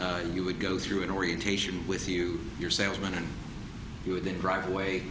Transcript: days you would go through an orientation with you your salesman and you would then drive away